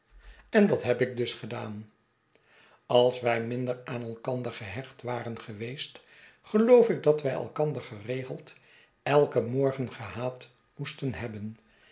en dat heb ik dus gedaan als wij minder aan elkander gehecht waren geweest geloof ik dat wij elkander geregeld elken morgen gehaat moesten hebben